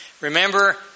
remember